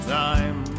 time